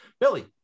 Billy